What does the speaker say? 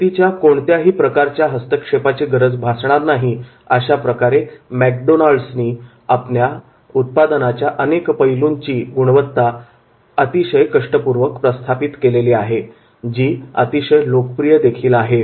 व्यक्तीच्या कोणत्याही प्रकारच्या हस्तक्षेपाची गरज भासणार नाही अशाप्रकारे मॅकडोनाल्डनी आपल्या उत्पादनाच्या प्रत्येक पैलूंची गुणवत्ता अतिशय कष्टपूर्वक प्रस्थापित केलेली आहे जी अतिशय लोकप्रिय देखील आहे